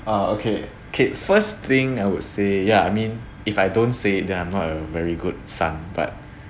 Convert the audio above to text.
uh okay k first thing I would say yeah I mean if I don't say then I'm a very good son but